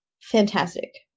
fantastic